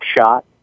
shot